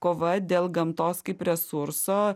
kova dėl gamtos kaip resurso